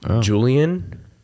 julian